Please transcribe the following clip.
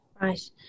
Right